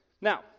Now